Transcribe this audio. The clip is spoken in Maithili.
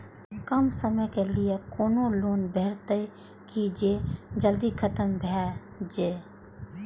कम समय के लीये कोनो लोन भेटतै की जे जल्दी खत्म भे जे?